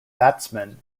batsman